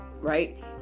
right